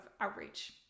outreach